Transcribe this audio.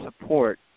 support